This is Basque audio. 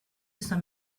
esan